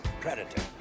predator